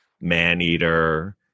Maneater